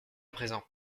présent